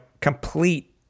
complete